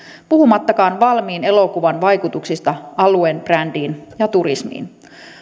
puhumattakaan valmiin elokuvan vaikutuksista alueen brändiin ja turismiin